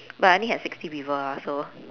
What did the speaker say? but I only had sixty people lah so